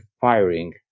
firing